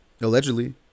allegedly